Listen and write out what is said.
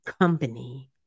Company